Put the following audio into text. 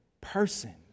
person